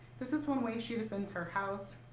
this is one way she defends her house,